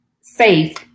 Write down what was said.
safe